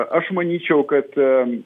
aš manyčiau kad